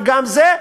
וגם זה,